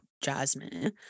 Jasmine